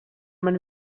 man